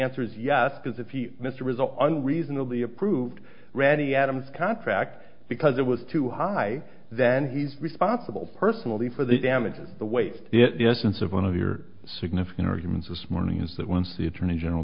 answer is yes because if you missed a result unreasonably approved randy adams contract because it was too high then he's responsible personally for the damages the wait the essence of one of your significant arguments was morning is that once the attorney general